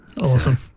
Awesome